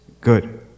good